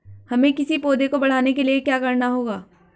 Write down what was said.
हमें किसी पौधे को बढ़ाने के लिये क्या करना होगा?